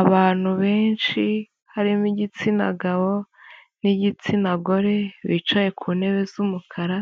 Abantu benshi harimo igitsina gabo n'igitsina gore bicaye ku ntebe z'umukara,